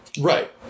Right